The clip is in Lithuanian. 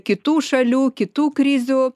kitų šalių kitų krizių